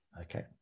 okay